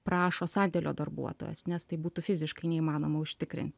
prašo sandėlio darbuotojas nes tai būtų fiziškai neįmanoma užtikrinti